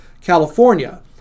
California